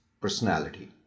personality